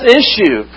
issue